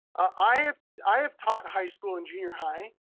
i i have taught high school and junior high,